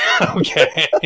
Okay